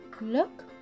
look